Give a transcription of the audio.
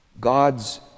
God's